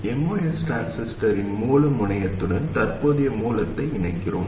MOS டிரான்சிஸ்டரின் மூல முனையத்துடன் தற்போதைய மூலத்தை இணைக்கிறோம்